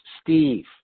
Steve